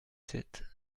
sept